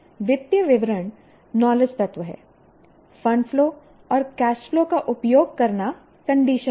वित्तीय विवरण नॉलेज तत्व है फंड फ्लो और कैश फ्लो का उपयोग करना कंडीशन हैं